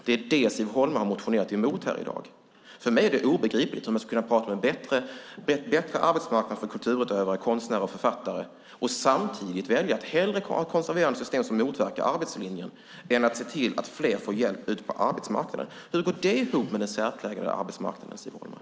Det är det Siv Holma har motionerat emot här i dag. För mig är det obegripligt att man kan prata om en bättre arbetsmarknad för kulturutövare, konstnärer och författare och samtidigt välja att hellre ha ett konserverande system som motverkar arbetslinjen än att se till att fler får hjälp ute på arbetsmarknaden. Hur går det ihop med den särpräglade arbetsmarknaden, Siv Holma?